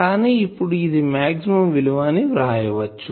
కానీ ఇప్పుడు ఇది మాక్సిమం విలువ అని వ్రాయచ్చు